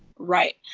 right.